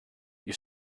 you